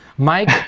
Mike